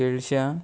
केळश्यां